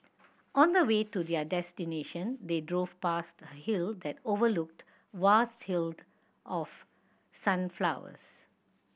on the way to their destination they drove past a hill that overlooked vast field of sunflowers